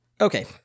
okay